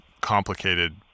complicated